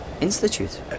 Institute